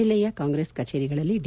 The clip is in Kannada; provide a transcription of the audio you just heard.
ಜಲ್ಲೆಯ ಕಾಂಗ್ರೆಸ್ ಕಚೇರಿಗಳಲ್ಲಿ ಡಿ